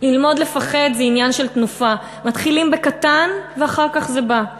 ללמוד לפחד / זה עניין של תנופה / מתחילים בקטן / ואחר כך זה בא //